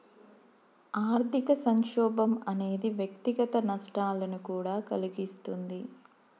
ఆర్థిక సంక్షోభం అనేది వ్యక్తిగత నష్టాలను కూడా కలిగిస్తుంది